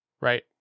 right